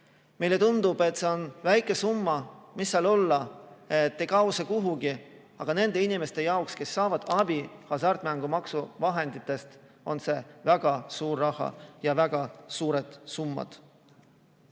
Meile tundub, et see on väike summa, mis seal ikka, ja ei kao see kuhugi, aga nende inimeste jaoks, kes saavad abi hasartmängumaksu vahenditest, on see väga suur raha, need on väga suured summad.